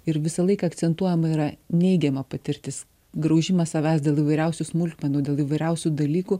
ir visą laiką akcentuojama yra neigiama patirtis graužimas savęs dėl įvairiausių smulkmenų dėl įvairiausių dalykų